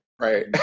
Right